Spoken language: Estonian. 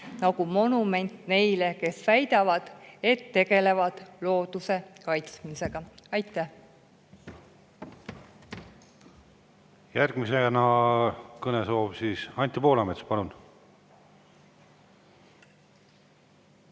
nagu monument neile, kes väidavad, et tegelevad looduse kaitsmisega. Aitäh! Järgmisena on kõnesoov Anti Poolametsal.